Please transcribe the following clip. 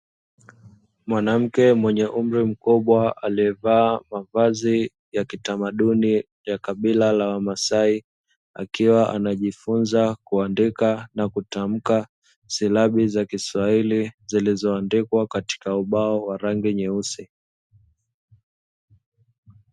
Mwanamke mwenye umri mkubwa aliyevaa mavazi ya kitamaduni ya kabila la wamasai, akiwa anajifunza kuandika na kutamka silabi za kiswahili zilizoandikwa katika ubao wa rangi nyeusi.